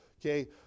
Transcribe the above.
okay